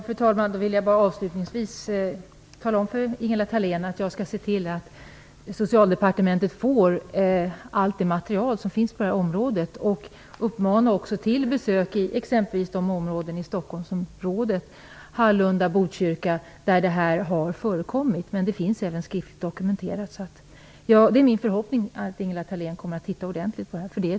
Fru talman! Avslutningsvis vill jag då bara tala om för Ingela Thalén att jag skall se till att Socialdepartementet får allt det material som finns på detta område. Jag uppmanar också till besök t.ex. i Hallunda och Botkyrka där det här har förekommit. Det finns även skriftligt dokumenterat. Det är min förhoppning att Ingela Thalén kommer att se över det här ordentligt.